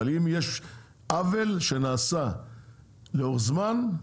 אבל אם יש עוול שנעשה לאורך זמן,